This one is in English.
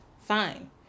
fine